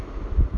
mm